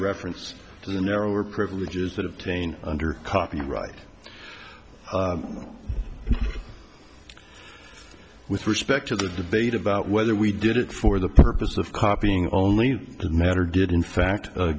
reference to the narrower privileges that of tain under copyright with respect to the debate about whether we did it for the purpose of copying only the matter did in fact